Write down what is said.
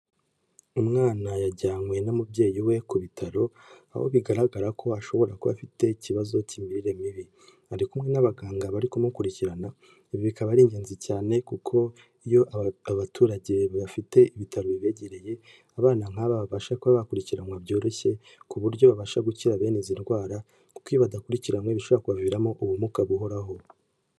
Umwana yajyanywe n'umubyeyi we ku bitaro aho bigaragara ko ashobora kuba afite ikibazo cy'imirire mibi. Ari kumwe n'abaganga bari kumukurikirana. Ibi bikaba ari ingenzi cyane kuko iyo abaturage bafite ibitaro bi begereye, abana nk'aba babasha kuba bakurikiranwa byoroshye, ku buryo babasha gukira bene izi ndwara, kuko badakurikiranwe bishobora kubaviramo ubumuga buhoraho.